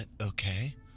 okay